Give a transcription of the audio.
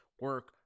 Work